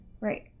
Right